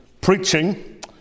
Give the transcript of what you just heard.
preaching